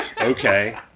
Okay